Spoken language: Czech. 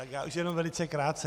Tak já už jenom velice krátce.